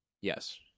Yes